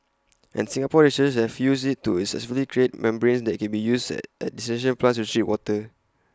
and Singapore researchers have used IT to successfully create membranes that can be used at at desalination plants to treat water